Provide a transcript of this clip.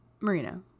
Marina